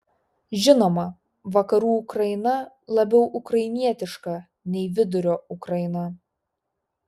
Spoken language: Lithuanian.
žinoma vakarų ukraina labiau ukrainietiška nei vidurio ukraina